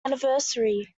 anniversary